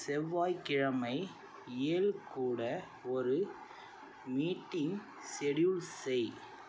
செவ்வாய்க்கிழமை ஏல் கூட ஒரு மீட்டிங் ஸெட்யூல் செய்